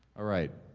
all right.